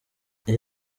iyi